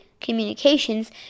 Communications